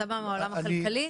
אתה בא מהעולם הכלכלי,